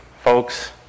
Folks